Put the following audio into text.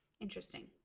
interesting